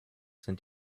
sind